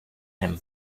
him